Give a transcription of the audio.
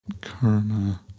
Karma